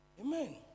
Amen